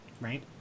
right